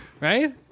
right